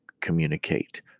communicate